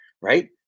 right